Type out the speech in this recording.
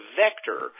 vector